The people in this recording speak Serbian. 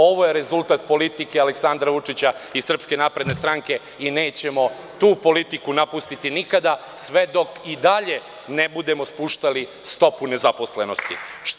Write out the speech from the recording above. Ovo je rezultat politike Aleksandra Vučića i SNS i nećemo tu politiku napustiti nikada sve dok i dalje ne budemo spuštali stopu nezaposlenosti.